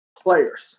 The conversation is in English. players